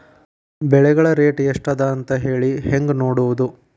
ಬೆಳೆಗಳ ರೇಟ್ ಎಷ್ಟ ಅದ ಅಂತ ಹೇಳಿ ಹೆಂಗ್ ನೋಡುವುದು?